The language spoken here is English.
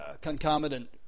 concomitant